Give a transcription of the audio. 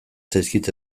zaizkit